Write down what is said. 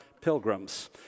pilgrims